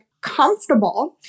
comfortable